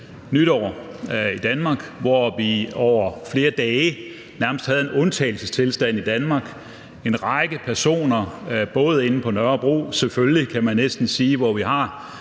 nytår i Danmark, hvor vi over flere dage nærmest havde en undtagelsestilstand i Danmark. En række personer, både på Nørrebro – selvfølgelig, kan man næsten sige – hvor vi har